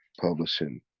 publishing